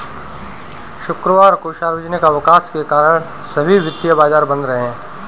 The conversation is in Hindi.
शुक्रवार को सार्वजनिक अवकाश के कारण सभी वित्तीय बाजार बंद रहे